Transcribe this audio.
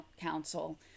Council